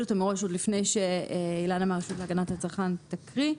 אותם מראש עוד לפני שאילנה מהרשות להגנת הצרכן תקריא.